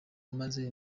umaze